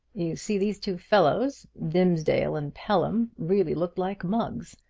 you see these two fellows, dimsdale and pelham, really looked like mugs.